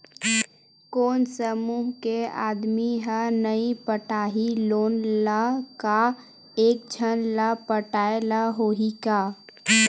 कोन समूह के आदमी हा नई पटाही लोन ला का एक झन ला पटाय ला होही का?